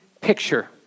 picture